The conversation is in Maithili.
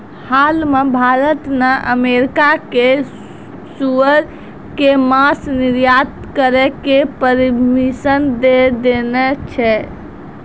हाल मॅ भारत न अमेरिका कॅ सूअर के मांस निर्यात करै के परमिशन दै देने छै